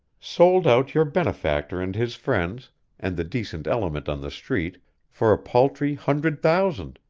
sold out your benefactor and his friends and the decent element on the street for a paltry hundred thousand!